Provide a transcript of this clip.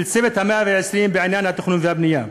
של "צוות 120 הימים" בעניין התכנון והבנייה.